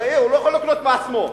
הרי הוא לא יכול לקנות מעצמו.